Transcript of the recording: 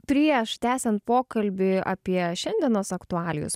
prieš tęsiant pokalbį apie šiandienos aktualijos